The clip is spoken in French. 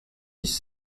dix